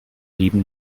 dieben